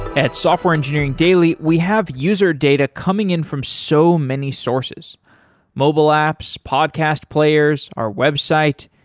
at software engineering daily, we have user data coming in from so many sources mobile apps, podcast players, our website,